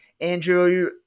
Andrew